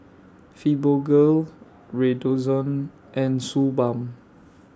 Fibogel Redoxon and Suu Balm